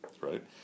right